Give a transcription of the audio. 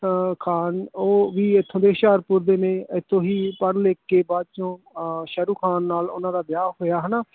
ਖਾਨ ਉਹ ਵੀ ਇੱਥੋਂ ਦੇ ਹੁਸ਼ਿਆਰਪੁਰ ਦੇ ਨੇ ਇੱਥੋਂ ਹੀ ਪੜ੍ਹ ਲਿਖ ਕੇ ਤੇ ਬਾਅਦ 'ਚੋਂ ਸ਼ਾਹਰੁਖ ਖਾਨ ਨਾਲ ਉਨ੍ਹਾਂ ਦਾ ਵਿਆਹ ਹੋਇਆ ਹੈ ਨਾ